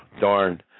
darn